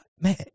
Man